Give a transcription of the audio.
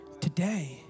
today